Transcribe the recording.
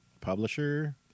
publisher